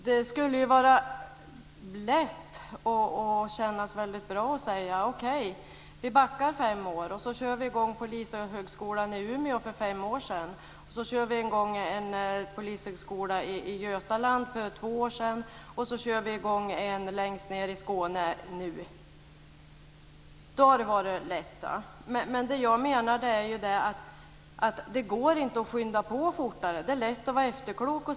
Fru talman! Det skulle kännas bra att säga att vi backar fem år. Vi kör i gång polishögskolan i Umeå för fem år sedan. Vi kör i gång en polishögskola i Götaland för två år sedan. Vi kör i gång en polishögskola längst ned i Skåne nu. Då blir det lätt. Det går inte att skynda fortare. Det är lätt att vara efterklok.